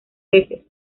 veces